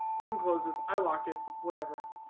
room closes i lock it whatever